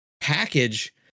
package